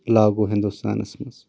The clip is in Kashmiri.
لاگوٗ ہندوستانس منٛز